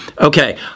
Okay